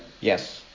yes